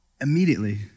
immediately